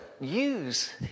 use